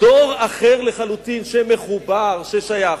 דור אחר לחלוטין, שמחובר וששייך.